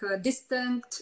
distant